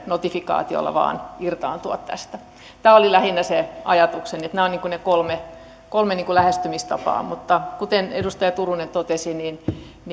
notifikaatiolla vain irtaantua tästä tämä oli lähinnä se ajatukseni että nämä ovat ne kolme kolme lähestymistapaa mutta kuten edustaja turunen totesi